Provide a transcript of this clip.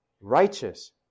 righteous